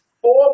four